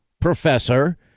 professor